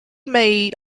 made